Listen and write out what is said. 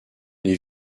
les